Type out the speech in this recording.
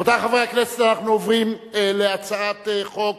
רבותי חברי הכנסת, אנחנו חוזרים לסעיף 4,